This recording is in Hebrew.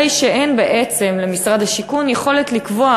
הרי שאין בעצם למשרד השיכון יכולת לקבוע